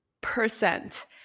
percent